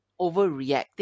overreacting